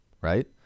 right